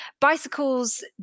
bicycles